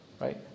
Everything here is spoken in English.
right